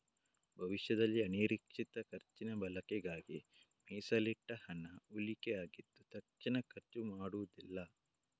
ಭವಿಷ್ಯದಲ್ಲಿ ಅನಿರೀಕ್ಷಿತ ಖರ್ಚಿನ ಬಳಕೆಗಾಗಿ ಮೀಸಲಿಟ್ಟ ಹಣ ಉಳಿಕೆ ಆಗಿದ್ದು ತಕ್ಷಣ ಖರ್ಚು ಮಾಡುದಿಲ್ಲ